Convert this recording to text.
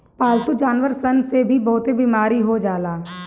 पालतू जानवर सन से भी बहुते बेमारी हो जाला